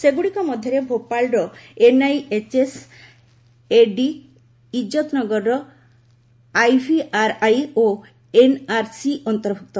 ସେଗୁଡ଼ିକ ମଧ୍ୟରେ ଭୋପାଳର ଏନ୍ଆଇଏଚ୍ଏସ୍ଏଡି ଇଜତନଗରର ଆଇଭିଆର୍ଆଇ ଓ ଏନ୍ଆର୍ସି ଅନ୍ତର୍ଭୁକ୍ତ